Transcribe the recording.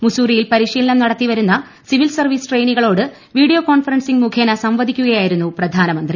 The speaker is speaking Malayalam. മുസൂറിയിൽ പരിശീലനം നടത്തി വരുന്ന സിവിൽ സർവീസ് ട്രെയിനികളോട് വീഡിയോ കോൺഫറൻസിങ് മുഖേന സംവദിക്കുകയായിരുന്നു പ്രധാനമന്ത്രി